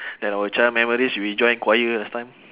then our child memories we join choir last time